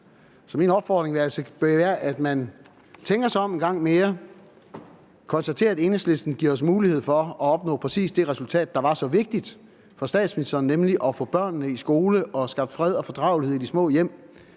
min opfordring vil altså være, at man tænker sig om en gang mere og konstaterer, at Enhedslisten giver mulighed for at opnå præcis det resultat, der var så vigtigt for statsministeren, nemlig at få børnene i skole og få skabt fred og fordragelighed i de små hjem.